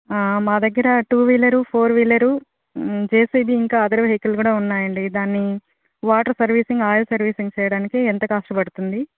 మా దగ్గర two wheeler four wheeler JCB ఇంకా అదర్ వెహికల్ కూడా ఉన్నాయండి దాన్ని వాటర్ సర్వీసింగ్ ఆయిల్ సర్వీసింగ్ చేయడానికి ఎంత కాస్ట్ పడుతుంది